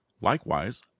likewise